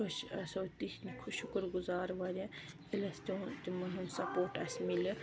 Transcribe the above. أسۍ آسو تِہنٛدۍ شُکر گُزار واریاہ ییٚلہِ اَسہِ تِمَن ہُنٛد سَپوٹ اَسہِ مِلہِ